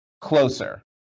closer